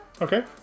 Okay